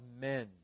men